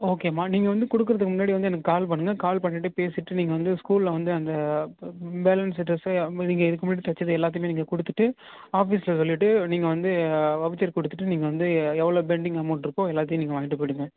ஓகேமா நீங்கள் வந்து கொடுக்குறதுக்கு முன்னாடி வந்து எனக்கு கால் பண்ணுங்கள் கால் பண்ணிவிட்டு பேசிவிட்டு நீங்கள் வந்து ஸ்கூலில் வந்து அந்த பேலன்ஸு ட்ரஸை நீங்கள் இதுக்கு முன்னாடி தைச்சது எல்லாத்தையுமே நீங்கள் கொடுத்துட்டு ஆஃபிஸில் சொல்லிவிட்டு நீங்கள் வந்து வவுச்சர் கொடுத்துட்டு நீங்கள் வந்து எவ்வளோ பெண்டிங் அமௌன்ட் இருக்கோ எல்லாத்தையும் நீங்கள் வாங்கிட்டு போயிடுங்க